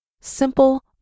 Simple